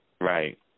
Right